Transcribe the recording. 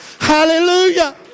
Hallelujah